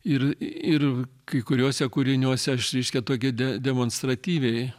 ir ir kai kuriuose kūriniuose aš reiškia tokią de demonstratyviai